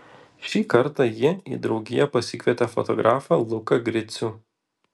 šį kartą ji į draugiją pasikvietė fotografą luką gricių